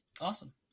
Awesome